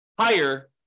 higher